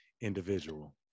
individual